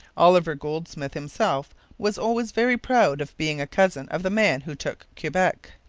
oliver goldsmith himself was always very proud of being a cousin of the man who took quebec.